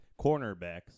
cornerbacks